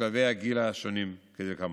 בשלבי הגיל השונים, כדלקמן: